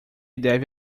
deve